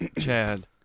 Chad